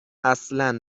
اصلا